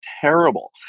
terrible